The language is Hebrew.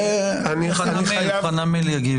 חנמאל יגיב.